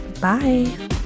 Bye